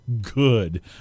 Good